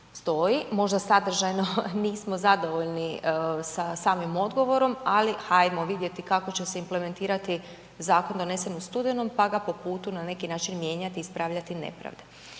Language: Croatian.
stoji, možda sadržajno nismo zadovoljni sa samim odgovorom ali ajmo vidjeti kako će se implementirati zakon donesen u studenom pa ga po putu na neki način mijenjati i ispravljati nepravde.